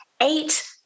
eight